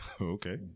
Okay